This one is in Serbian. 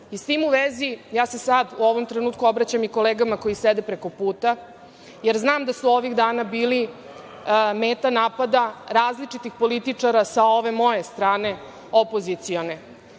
tim vezi, ja se sad u ovom trenutku obraćam i kolegama koji sede prekoputa, jer znam da su ovih dana bili meta napada različitih političara sa ove moje strane, opozicione.